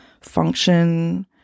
function